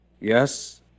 Yes